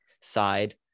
side